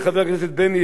3221,